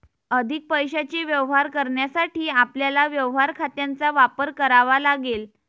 अधिक पैशाचे व्यवहार करण्यासाठी आपल्याला व्यवहार खात्यांचा वापर करावा लागेल